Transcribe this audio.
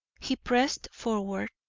he pressed forward,